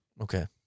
Okay